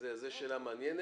שאלה מעניינת,